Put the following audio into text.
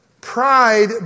pride